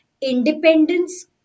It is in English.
independence